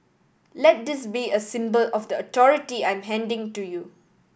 let this be a symbol of the authority I'm handing to you